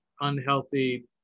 unhealthy